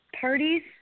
parties